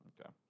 Okay